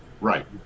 Right